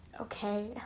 okay